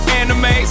anime